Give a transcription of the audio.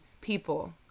people